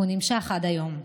והוא נמשך עד היום.